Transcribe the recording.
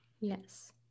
Yes